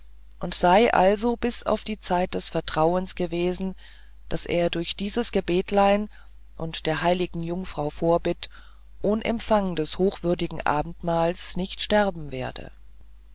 und sey also bis auf die zeit des vertrauens gewesen daß er durch dieses gebetlein und der heiligen jungfrau vorbitt ohne empfahung des hochwürdigen abendmahles nicht sterben werde